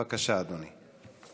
בבקשה, אדוני.